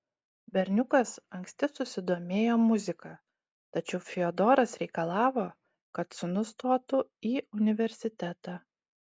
berniukas anksti susidomėjo muzika tačiau fiodoras reikalavo kad sūnus stotų į universitetą